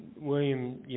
William